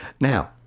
Now